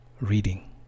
reading